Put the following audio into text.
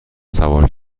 سوار